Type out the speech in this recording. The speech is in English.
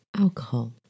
alcohol